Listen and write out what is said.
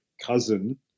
cousin